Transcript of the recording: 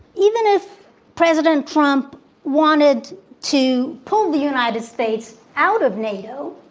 even if president trump wanted to pull the united states out of nato,